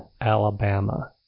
Alabama